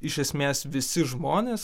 iš esmės visi žmonės